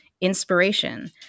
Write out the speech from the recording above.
inspiration